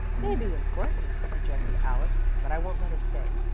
may be important, objected alice, but i won't let her stay.